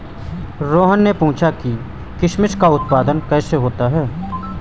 रोहन ने पूछा कि किशमिश का उत्पादन कैसे होता है?